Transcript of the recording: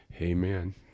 amen